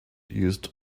used